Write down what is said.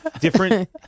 different